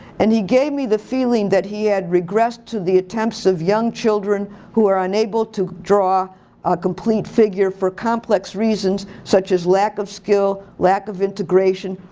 and he gave me the feeling that he had regressed to the attempts of young children who are unable to draw a complete figure for complex reasons, such as lack of skill, lack of integration,